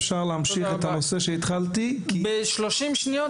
פתחתי פה